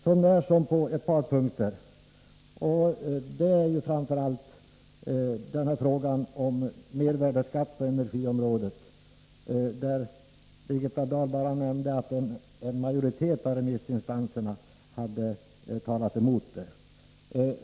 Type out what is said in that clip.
Detta gäller bortsett från ett par punkter, nämligen framför allt när det gäller mervärdeskatten på energiområdet. Birgitta Dahl nämnde bara att en majoritet av remissinstanserna hade talat mot detta.